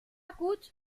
gut